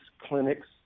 clinics